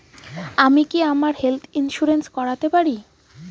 আমি কি আমার হেলথ ইন্সুরেন্স করতে পারি?